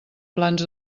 plans